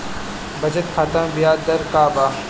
बचत खाता मे ब्याज दर का बा?